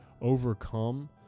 overcome